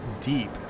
deep